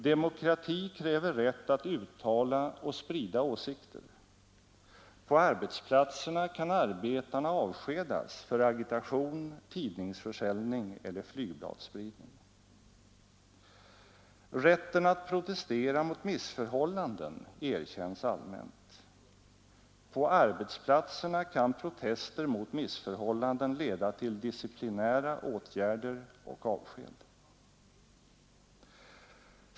Demokrati kräver rätt att uttala och sprida åsikter. På arbetsplatserna kan arbetarna avskedas för agitation, tidningsförsäljning eller flygbladsspridning. Rätten att protestera mot missförhållanden erkänns allmänt. På arbetsplatserna kan protester mot missförhållanden leda till disciplinära åtgärder och avsked.